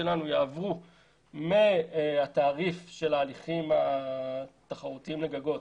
שלנו מהתעריף של ההליכים התחרותיים לגגות